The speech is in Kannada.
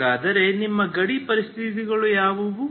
ಹಾಗಾದರೆ ನಿಮ್ಮ ಗಡಿ ಪರಿಸ್ಥಿತಿಗಳು ಯಾವುವು